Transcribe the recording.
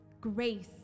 grace